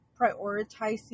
prioritizing